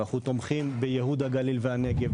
אנחנו תומכים בייהוד הגליל והנגב,